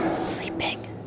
Sleeping